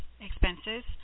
expenses